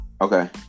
Okay